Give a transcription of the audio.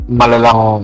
malalang